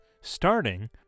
starting